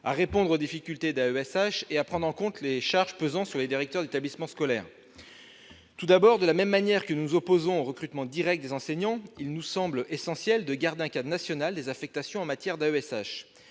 à répondre aux difficultés de ces professionnels et à prendre en compte les charges pesant sur les directeurs d'établissement scolaire. Tout d'abord, de même que nous nous opposons au recrutement direct des enseignants, il nous semble essentiel de garder un cadre national des affectations en matière d'AESH.